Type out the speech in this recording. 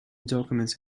documents